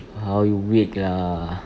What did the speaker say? !huh! you weak lah